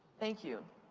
thank you.